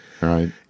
Right